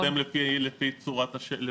אדום ירוק, נתקדם לפי מספר השאלות.